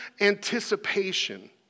anticipation